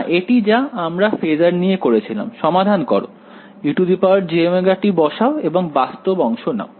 না এটি যা আমরা ফেজার নিয়ে করেছিলাম সমাধান করো ejωt বসাও এবং বাস্তব অংশ নাও